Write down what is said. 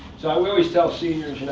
so i always tell seniors, you know